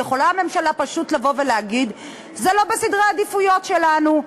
יכולה הממשלה פשוט לבוא ולהגיד: זה לא בסדרי העדיפויות שלנו.